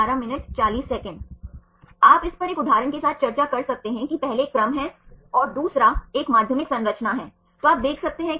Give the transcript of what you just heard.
यहां भी आप बीटा स्ट्रैंड देख सकते हैं जो NH और CO समूहों के बीच बनते हैं